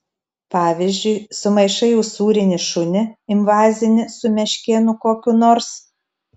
pavyzdžiui sumaišai usūrinį šunį invazinį su meškėnu kokiu nors